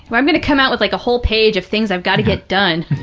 but i'm going to come out with like a whole page of things i've got to get done.